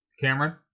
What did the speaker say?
Cameron